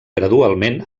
gradualment